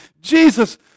Jesus